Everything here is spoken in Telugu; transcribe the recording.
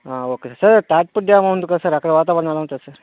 ఓకే సార్ తాట్పుట్ డ్యామ్ ఉంది కద సార్ అక్కడ వాతావరణం ఎలా ఉంటుంది సార్